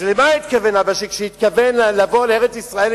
אז למה התכוון אבא שלי כשהתכוון לבוא לארץ-ישראל,